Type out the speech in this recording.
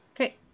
Okay